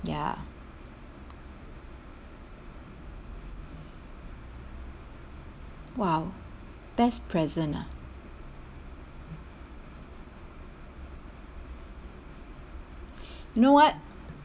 ya !wow! best present ah you know what